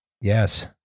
Yes